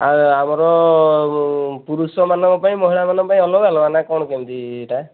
ଆଉ ଆମର ପୁରୁଷମାନଙ୍କ ପାଇଁ ମହିଳାମାନଙ୍କ ପାଇଁ ଅଲଗା ଅଲଗା ନା କଣ କେମିତି ଏଇଟା